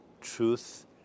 truth